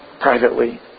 privately